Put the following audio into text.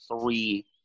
three